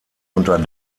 unter